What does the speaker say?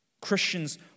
Christians